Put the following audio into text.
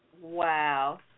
Wow